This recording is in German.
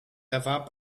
erwarb